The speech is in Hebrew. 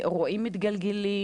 לאירועים מתגלגלים?